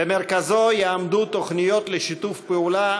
במרכזו יעמדו תוכניות לשיתוף פעולה